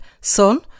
Son